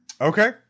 Okay